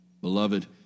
Beloved